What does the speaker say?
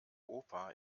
opa